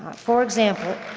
for example,